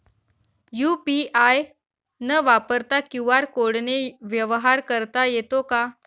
UPI न वापरता QR कोडने व्यवहार करता येतो का?